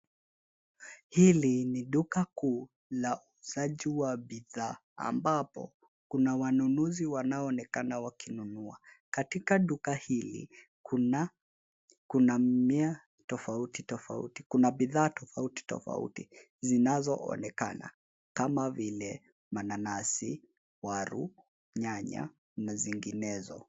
Hili ni duka kuu la uuzaji wa bidhaa ambapo kuna wanunuzi wanaoonekana wakinunua. Katika duka hili, kuna mmea tofauti tofauti kuna bidhaa tofauti tofauti zinazoonekana kama vile mananasi, waru , nyanya na zinginezo.